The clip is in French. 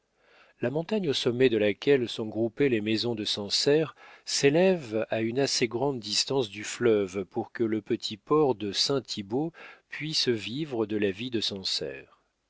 la montagne au sommet de laquelle sont groupées les maisons de sancerre s'élève à une assez grande distance du fleuve pour que le petit port de saint thibault puisse vivre de la vie de sancerre